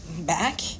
back